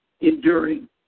enduring